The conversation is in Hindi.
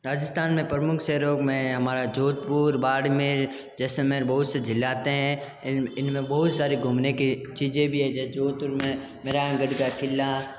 राजस्थान में प्रमुख शहरों में हमारा जोधपुर बाड़मेर जैसलमेर बहुत से ज़िले आते हैं इन में बहुत सारी घूमने की चीज़ें भी है जैसे जोधपुर में नारायणगढ़ का क़िला